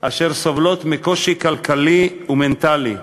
אשר סובלות מקושי כלכלי ומנטלי,